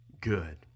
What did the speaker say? good